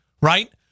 right